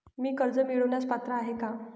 मी कर्ज मिळवण्यास पात्र आहे का?